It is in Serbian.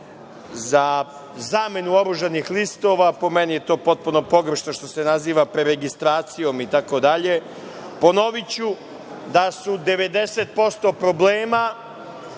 za zamenu oružanih listova. Po meni je to potpuno pogrešno što se naziva preregistracijom itd. Ponoviću da su 90% problema